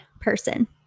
person